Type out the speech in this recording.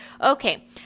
Okay